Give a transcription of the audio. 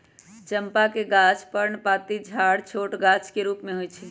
चंपा के गाछ पर्णपाती झाड़ छोट गाछ के रूप में होइ छइ